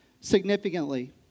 significantly